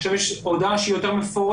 עכשיו יש הודעה שהיא יותר מפורטת.